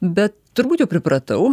bet turbūt jau pripratau